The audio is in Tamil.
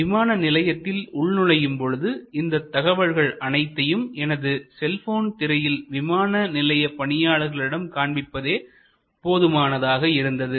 விமான நிலையத்தில் உள்நுழையும் பொழுது இந்த தகவல்கள் அனைத்தையும் எனது செல்போன் திரையில் விமான நிலைய பணியாளர்களிடம் காண்பிப்பதே போதுமானதாக இருந்தது